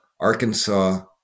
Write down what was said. Arkansas